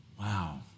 wow